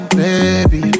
baby